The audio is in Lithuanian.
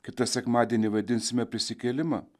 kitą sekmadienį vaidinsime prisikėlimą